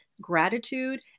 gratitude